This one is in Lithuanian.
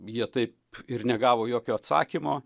jie taip ir negavo jokio atsakymo